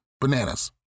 Bananas